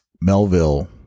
Melville